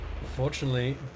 Unfortunately